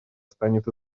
станет